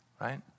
Right